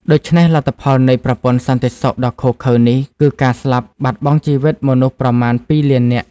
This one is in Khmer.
ដូច្នេះ លទ្ធផលនៃប្រព័ន្ធសន្តិសុខដ៏ឃោរឃៅនេះគឺការស្លាប់បាត់បង់ជីវិតមនុស្សប្រមាណ ២ លាននាក់ ។